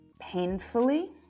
painfully